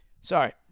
Sorry